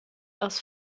aus